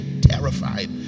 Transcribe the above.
terrified